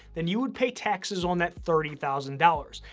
then you would pay taxes on that thirty thousand dollars.